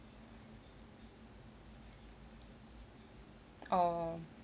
oh